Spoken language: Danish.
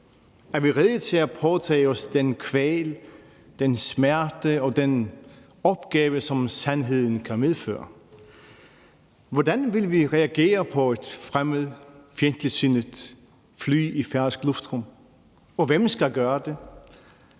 Er vi rede til at påtage os den kval, den smerte og den opgave, som sandheden kan medføre? Hvordan vil vi reagere på et fremmed, fjendtligsindet fly i færøsk luftrum, og hvem skal gøre det?